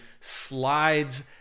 slides